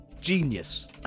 Genius